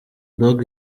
dogg